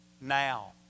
Now